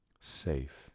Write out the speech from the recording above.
safe